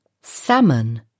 salmon